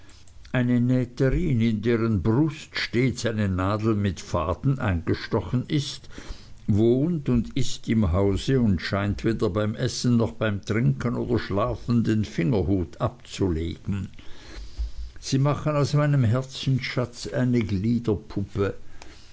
eine nähterin in deren brust stets eine nadel mit faden eingestochen ist wohnt und ißt im hause und scheint weder beim essen noch beim trinken oder schlafen den fingerhut abzulegen sie machen aus meinem herzensschatz eine